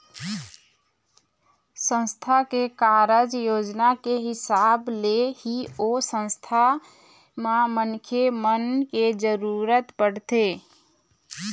संस्था के कारज योजना के हिसाब ले ही ओ संस्था म मनखे मन के जरुरत पड़थे